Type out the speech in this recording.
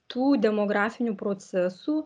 tų demografinių procesų